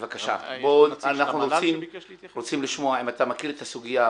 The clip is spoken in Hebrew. אנחנו רוצים לשמוע אם אתה מכיר את הסוגיה,